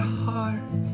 heart